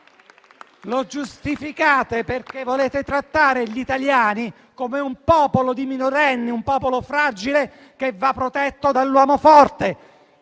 perché volete trattare gli italiani come un popolo di minorenni, un popolo fragile che va protetto dall'uomo forte.